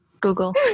Google